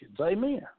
Amen